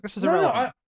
no